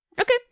Okay